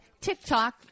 TikTok